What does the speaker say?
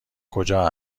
کجا